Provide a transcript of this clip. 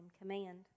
command